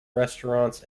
restaurants